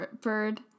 bird